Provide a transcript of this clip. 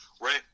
Right